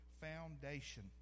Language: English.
foundation